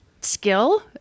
skill